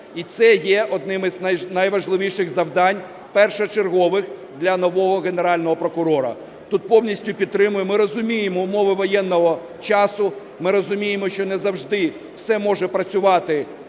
І це є одним із найважливіших завдань, першочергових для нового Генерального прокурора. Тут повністю підтримуємо, ми розуміємо умови воєнного часу, ми розуміємо, що не завжди все може працювати